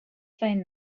phone